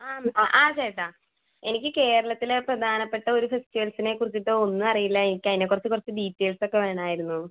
ആ ആ ചേട്ടാ എനിക്ക് കേരളത്തിലെ പ്രധാനപ്പെട്ട ഒരു ഫെസ്റ്റിവൽസിനെ കുറിച്ചിട്ട് ഒന്നും അറിയില്ല എനിക്ക് അതിനെക്കുറിച്ച് കുറച്ച് ഡീറ്റെയിൽസ് ഒക്കെ വേണമായിരുന്നു